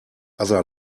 other